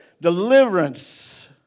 Deliverance